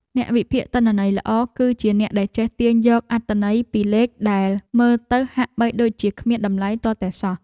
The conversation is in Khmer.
អ្នកវិភាគទិន្នន័យល្អ គឺជាអ្នកដែលចេះទាញយកអត្ថន័យពីលេខដែលមើលទៅហាក់បីដូចជាគ្មានតម្លៃទាល់តែសោះ។